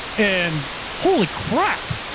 and holy crap,